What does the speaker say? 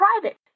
private